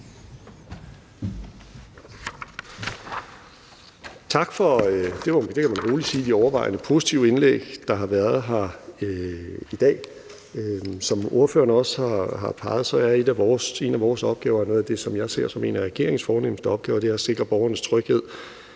sige, de overvejende positive indlæg, der har været her i dag. Som ordførerne også har peget på, er en af vores opgaver og noget af det, som jeg ser som en af regeringens fornemste opgaver, at sikre borgernes tryghed,